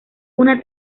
una